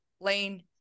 Lane